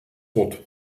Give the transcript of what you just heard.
wort